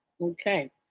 okay